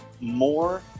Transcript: more